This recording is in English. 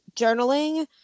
journaling